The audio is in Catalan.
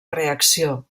reacció